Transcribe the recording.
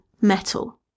metal